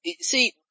See